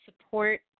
support